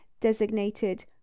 designated